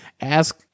Ask